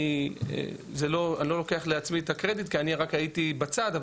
אני לא לוקח לעצמי את הקרדיט כי אני רק הייתי בצד,